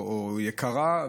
או יקרה,